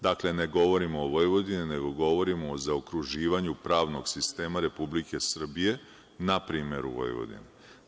Dakle, ne govorimo o Vojvodini, nego govorimo o zaokruživanju pravnog sistema Republike Srbije, na primeru Vojvodine.